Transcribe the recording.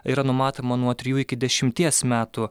yra numatoma nuo trijų iki dešimties metų